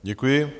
Děkuji.